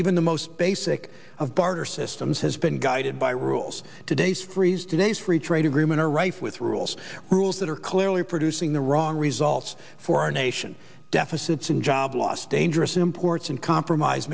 even the most basic of barter systems has been guided by rules today's threes today's free trade agreements are rife with rules rules that are clearly producing the wrong results for our nation deficits and job loss dangerous imports and compromise